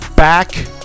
Back